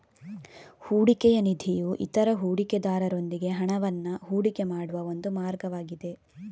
ಹೂಡಿಕೆಯ ನಿಧಿಯು ಇತರ ಹೂಡಿಕೆದಾರರೊಂದಿಗೆ ಹಣವನ್ನ ಹೂಡಿಕೆ ಮಾಡುವ ಒಂದು ಮಾರ್ಗವಾಗಿದೆ